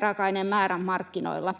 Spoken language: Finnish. raaka-aineen määrä markkinoilla.